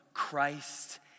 Christ